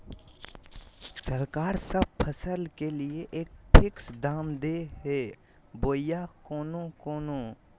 सरकार सब फसल के लिए एक फिक्स दाम दे है बोया कोनो कोनो?